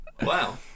wow